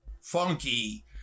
funky